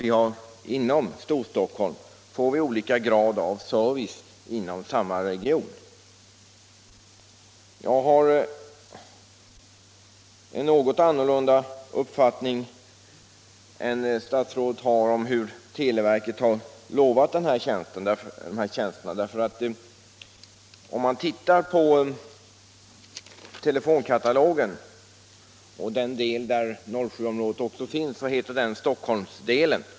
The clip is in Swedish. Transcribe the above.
I Storstockholm får vi nu olika grad av service inom olika delar av samma region. Till skillnad från kommunikationsministern anser jag att televerket har utlovat denna tjänst. Den del av telefonkatalogen där 07-området tas upp heter Stockholmsdelen.